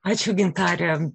ačiū gintare